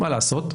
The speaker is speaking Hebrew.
מה לעשות?